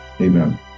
Amen